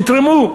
תתרמו.